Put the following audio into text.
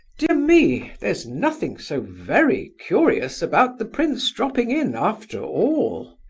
dear me, there's nothing so very curious about the prince dropping in, after all,